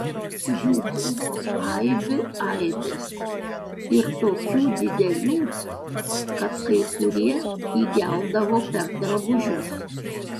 jų buvo aibių aibės ir tokių didelių kad kai kurie įgeldavo per drabužius